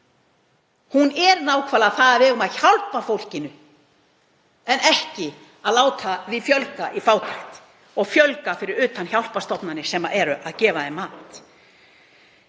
hún er nákvæmlega það að við eigum að hjálpa fólki en ekki að láta því fjölga í fátækt og fjölga fyrir utan hjálparstofnanir sem eru að gefa því mat.